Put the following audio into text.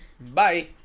bye